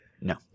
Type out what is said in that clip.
No